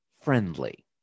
friendly